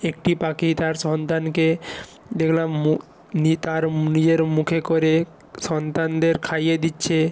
একটি পাখি তার সন্তানকে দেখলাম মু তার নিজের মুখে করে সন্তানদের খাইয়ে দিচ্ছে